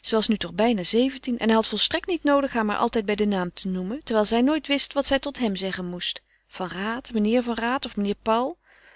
ze was nu toch bijna zeventien en hij had volstrekt niet noodig haar maar altijd bij den naam te noemen terwijl zij nooit wist wat zij tot hem zeggen moest van raat meneer van raat of meneer paul